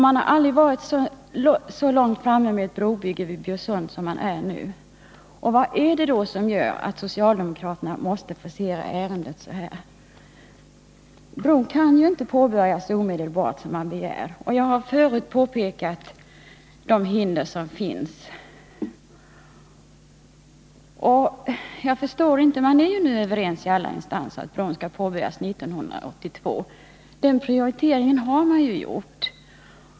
Man har aldrig varit så långt framme med ett brobygge vid Bjursund som man är nu, och vad är det då som gör att socialdemokraterna måste forcera ärendet så här? Brobygget kan ju inte påbörjas omedelbart, som man begär. Jag har förut påpekat vilka hinder som finns. Man är ju i alla instanser överens om att bron skall påbörjas 1982. Den prioriteringen har man gjort.